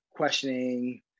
questioning